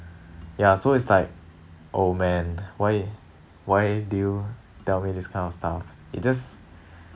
ya so it's like oh man why why do you tell me this kind of stuff it just